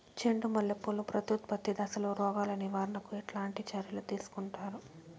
చెండు మల్లె పూలు ప్రత్యుత్పత్తి దశలో రోగాలు నివారణకు ఎట్లాంటి చర్యలు తీసుకుంటారు?